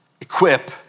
equip